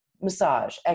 massage